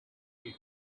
pit